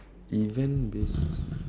event based